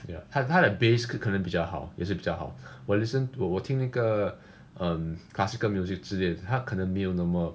ya 它它的 base 可可能比较好也是比较好我 listen 我我听那个 um classical music 之类的它可能没有那么